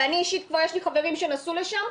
ואני אישית יש לי חברים שנסעו לשם,